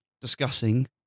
Discussing